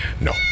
No